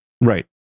Right